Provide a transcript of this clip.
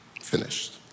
finished